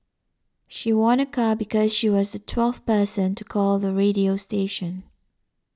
she won a car because she was the twelfth person to call the radio station